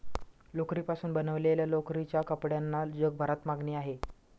लोकरीपासून बनवलेल्या लोकरीच्या कपड्यांना जगभरात मागणी आहे